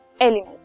element